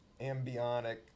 ambionic